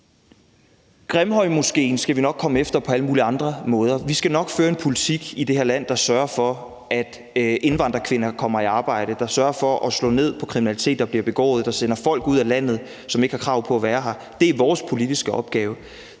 Grimhøjmoskéen skal vi nok komme efter på alle mulige andre måder. Vi skal nok føre en politik i det her land, der sørger for, at indvandrerkvinder kommer i arbejde, der sørger for at slå ned på kriminalitet, der bliver begået, og som sender folk, som ikke har krav på at være her, ud af landet. Det er vores politiske opgave.